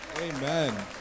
Amen